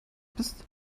bist